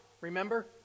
remember